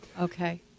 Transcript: Okay